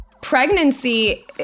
Pregnancy